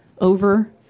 Over